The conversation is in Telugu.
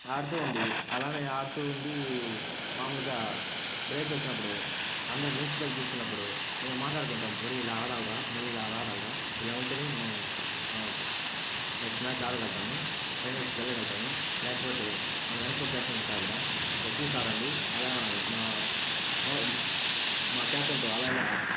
ఆడుతూ ఉండి అలానే ఆడుతూ ఉంది మామూలుగా బ్రేక్ వచ్చినప్పుడు అందరూ డ్రింక్స్ బ్రేక్ తీసుకున్నప్పుడు మేము మాట్లాడుకుంటాం ఒరేయ్ ఇలా ఆడాలిరా ఒరేయ్ అలా ఆడాలిరా ఇలా ఉంటేనే మనము నెక్స్ట్ మ్యాచ్ ఆడగలుగుతాము ఫైనాన్స్ కి వెళ్లగలుగుతాము లేకపోతే మనం వెనక్కి వచ్చేసి ఉంటుందిరా ఇలా చూశాడాలీ అలా మా మా క్యాప్టన్తో అలా ఇలా